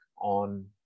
on